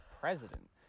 president